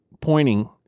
pointing